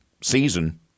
season